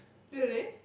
really